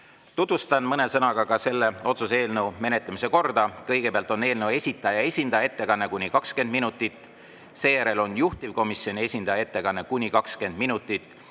mõne sõnaga selle otsuse eelnõu menetlemise korda. Kõigepealt on eelnõu esitaja esindaja ettekanne kuni 20 minutit, seejärel on juhtivkomisjoni esindaja ettekanne kuni 20 minutit.